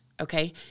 okay